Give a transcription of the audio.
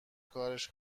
کارش